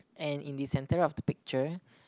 and in the center of the picture